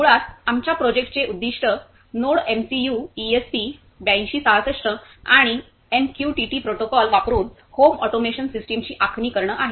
मुळात आमच्या प्रोजेक्टचे उद्दीष्ट नोडएमसीयू ईएसपी 8266 आणि एमक्यूटीटी प्रोटोकॉल वापरुन होम ऑटोमेशन सिस्टमची आखणी करणे आहे